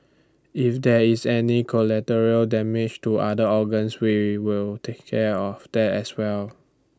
if there is any collateral damage to other organs we will take care of that as well